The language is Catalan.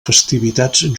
festivitats